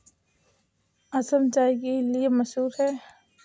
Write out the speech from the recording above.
असम चाय के लिए मशहूर है